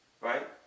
right